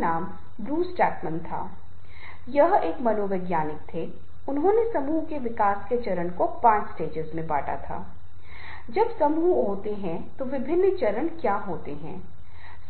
नेतृत्वलीडरशिप Leadership एक व्यक्ति और दूसरे के बीच एक ऐसा संबंध है जब कोई व्यक्ति एक दिशा देता है और दूसरा ख़ुशी